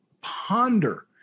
ponder